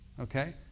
okay